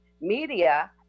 media